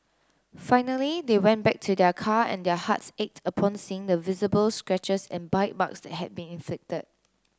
finally they went back to their car and their hearts ached upon seeing the visible scratches and bite marks that had been inflicted